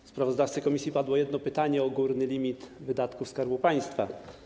Do sprawozdawcy komisji padło jedno pytanie o górny limit wydatków Skarbu Państwa.